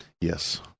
Yes